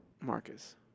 Marcus